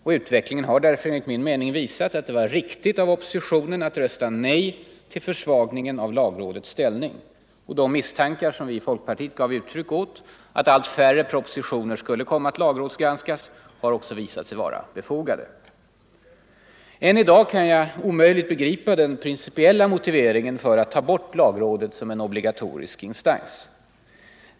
Utvecklingen har därför enligt min mening visat att det var riktigt av oppositionen att rösta nej till 33 försvagningen av lagrådets ställning. De misstankar som vi i folkpartiet gav uttryck åt — att allt färre propositioner skulle komma att lagrådsgranskas — har också visat sig befogade. Än i dag kan jag omöjligt begripa den principiella motiveringen för att ta bort lagrådet som en obligatorisk instans.